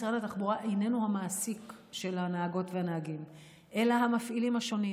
משרד התחבורה איננו המעסיק של הנהגות והנהגים אלא המפעילים השונים.